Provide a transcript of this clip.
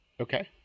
Okay